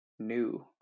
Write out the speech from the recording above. new